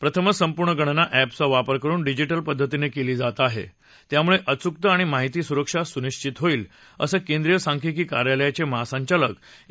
प्रथमच संपूर्ण गणना एपचा वापर करुन डिजिटल पद्धतीनं केली जात आहे ज्यामुळे अचुकता आणि माहिती सुरक्षा सूनिश्वित होईल केंद्रीय सांख्यिकी कार्यालयाचे महासंचालक ए